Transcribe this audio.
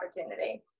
opportunity